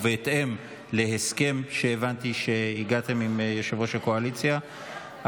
ובהתאם להסכם שהבנתי שהגעתם אליו עם יושב-ראש הקואליציה,